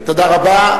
תודה רבה.